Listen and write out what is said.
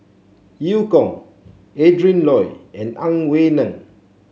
Eu Kong Adrin Loi and Ang Wei Neng